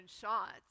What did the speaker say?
shots